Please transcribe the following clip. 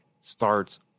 starts